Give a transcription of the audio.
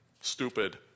stupid